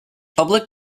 public